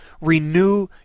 renew